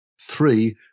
Three